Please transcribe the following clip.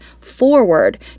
forward